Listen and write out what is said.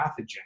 pathogen